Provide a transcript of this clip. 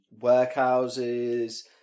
workhouses